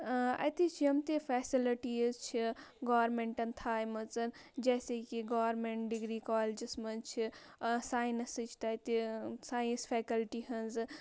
اَتِچ یِم تہِ فیسَلٹیٖز چھِ گورمنٹَن تھایمَژَٕ جیسے کہِ گورمِنٛٹ ڈِگری کالجَس منٛز چھِ ساینَسٕچ تَتہِ ساینس فیکَلٹی ہٕنٛز